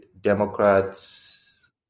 Democrats